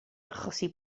achosi